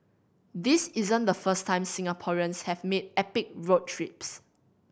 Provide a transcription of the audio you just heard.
this isn't the first time Singaporeans have made epic road trips